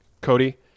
Cody